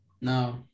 No